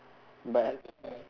but